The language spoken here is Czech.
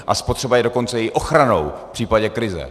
A spotřeba je dokonce i ochranou v případě krize.